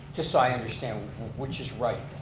just so i understand which is right.